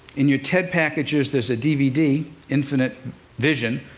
in your ted packages there's a dvd, infinite vision,